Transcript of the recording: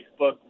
Facebook